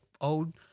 old